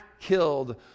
killed